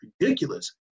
ridiculous